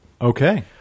Okay